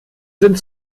sind